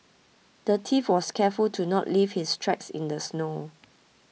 the thief was careful to not leave his tracks in the snow